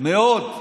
אם